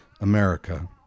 America